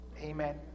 Amen